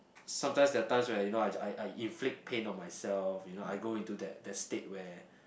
sometimes there're times where you know I I inflict pain on myself you know I go into that that state where